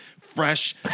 fresh